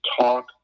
talk